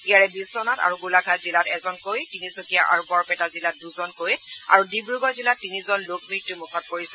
ইয়াৰে বিশ্বনাথ আৰু গোলাঘাট জিলাত এজনকৈ তিনিচুকীয়া আৰু বৰপেটা জিলাত দুজনকৈ আৰু ডিব্ৰুগড় জিলাত তিনিজন লোক মৃত্যুমুখত পৰিছে